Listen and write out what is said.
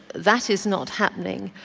that is not happening.